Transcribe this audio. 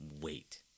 wait